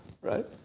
right